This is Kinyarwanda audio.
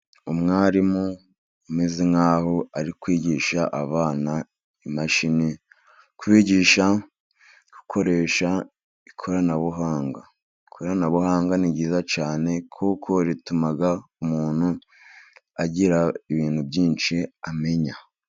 Umwarimu umeze nk'aho ari kwigisha abana imashini, kubigisha gukoresha ikoranabuhanga. Ikoranabuhanga ni ryiza cyane, kuko rituma umuntu agira ibintu byinshi amenya.